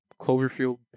Cloverfield